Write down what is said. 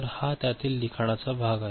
तर हा त्यातील लिखाणाचा भाग आहे